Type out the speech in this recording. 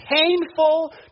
Painful